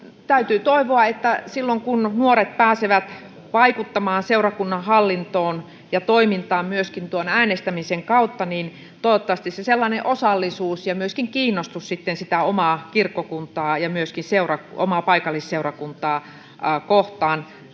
täytyy toivoa, että silloin kun nuoret pääsevät vaikuttamaan seurakunnan hallintoon ja toimintaan myöskin tuon äänestämisen kautta, se sellainen osallisuus ja myöskin kiinnostus sitten sitä omaa kirkkokuntaa ja myöskin omaa paikallisseurakuntaa kohtaan